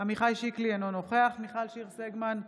עמיחי שיקלי, אינו נוכח מיכל שיר סגמן,